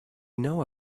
know